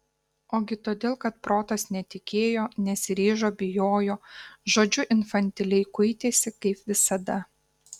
ogi todėl kad protas netikėjo nesiryžo bijojo žodžiu infantiliai kuitėsi kaip visada